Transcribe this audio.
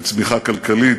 בצמיחה כלכלית,